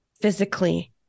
physically